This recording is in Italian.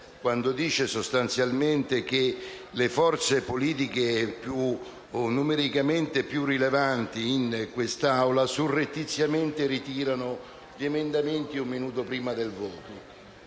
quando dice che le forze politiche numericamente più rilevanti in quest'Aula surrettiziamente ritirano gli emendamenti un minuto prima del voto.